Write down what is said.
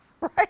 right